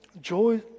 joy